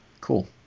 cool